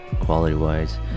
quality-wise